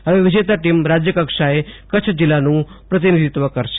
ફવે વિજેતા રાજયરક્ષાએ કચ્છ જિલ્લાનું પ્રતિનિધિત્વ કરશે